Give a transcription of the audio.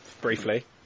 briefly